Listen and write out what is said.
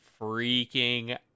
freaking